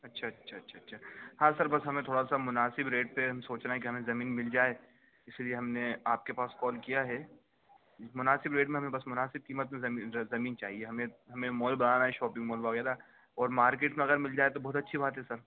اچھا اچھا اچھا اچھا ہاں سر بس ہمیں تھوڑا سا مناسب ریٹ پہ ہم سوچ رہے ہیں کہ ہمیں زمین مل جائے اسی لیے ہم نے آپ کے پاس کال کیا ہے مناسب ریٹ میں ہمیں بس مناسب قیمت پہ زمین چاہیے ہمیں ہمیں مال بنانا ہے شاپنگ مال وغیرہ اور مارکیٹ میں اگر مل جائے تو بہت اچھی بات ہے سر